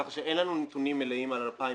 כך שאין לנו נתונים מלאים על 2016,